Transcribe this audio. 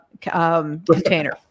container